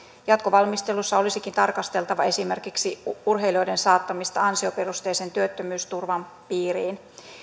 jatkovalmistelussa olisikin tarkasteltava esimerkiksi urheilijoiden saattamista ansioperusteisen työttömyysturvan piiriin